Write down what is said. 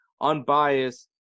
Unbiased